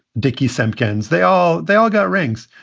dickey, simpkins, they all they all got rings.